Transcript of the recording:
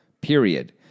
period